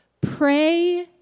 Pray